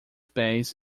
pés